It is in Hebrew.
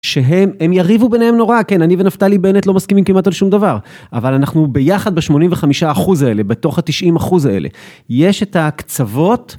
שהם, הם יריבו ביניהם נורא, כן, אני ונפתלי בנט לא מסכימים כמעט על שום דבר, אבל אנחנו ביחד ב-85% האלה, בתוך ה-90% האלה, יש את הקצוות...